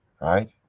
Right